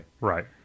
Right